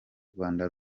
rwanda